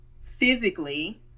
physically